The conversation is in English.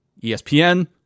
ESPN